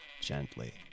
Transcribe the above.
gently